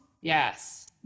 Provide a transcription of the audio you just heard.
Yes